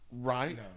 right